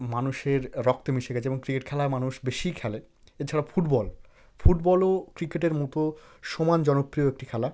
মানুষের রক্তে মিশে গেছে এবং ক্রিকেট খেলা মানুষ বেশিই খেলে এছাড়া ফুটবল ফুটবলও ক্রিকেটের মতো সমান জনপ্রিয় একটি খেলা